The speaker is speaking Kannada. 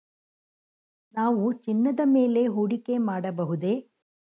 ನಾವು ಚಿನ್ನದ ಮೇಲೆ ಹೂಡಿಕೆ ಮಾಡಬಹುದೇ?